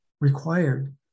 required